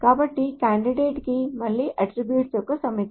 కాబట్టి కాండిడేట్ కీ మళ్ళీ అట్ట్రిబ్యూట్స్ యొక్క సమితి